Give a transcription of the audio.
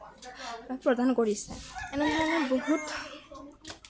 প্ৰদান কৰিছে এনে ধৰণৰ বহুত